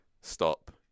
stop